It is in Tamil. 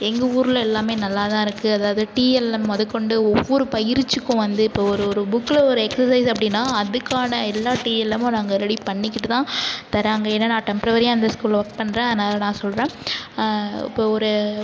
எங்கள் ஊரில் எல்லாமே நல்லா தான் இருக்கு அதாவது டிஎல்எம் முத கொண்டு ஒவ்வொரு பயிற்சிக்கும் வந்து இப்போ ஒரு ஒரு புக்ல ஒரு எக்ஸசைஸ் அப்படினா அதுக்கான எல்லா டிஎல்எம்மு நாங்கள் ரெடி பண்ணிக்கிட்டு தான் தராங்க ஏன்னா நான் டெம்ப்ரவரியாக இந்த ஸ்கூலில் ஒர்க் பண்ணுறேன் அதனால் நான் சொல்லுறேன் இப்போ ஒரு